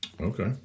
Okay